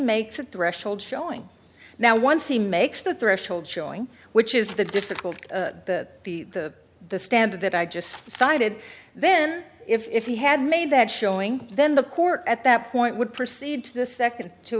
makes a threshold showing now once he makes the threshold showing which is the difficult the the the the standard that i just cited then if he had made that showing then the court at that point would proceed to the second to